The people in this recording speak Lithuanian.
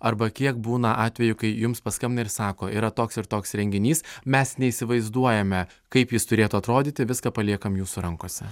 arba kiek būna atvejų kai jums paskambina ir sako yra toks ir toks renginys mes neįsivaizduojame kaip jis turėtų atrodyti viską paliekam jūsų rankose